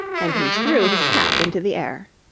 and he threw his cap into the air.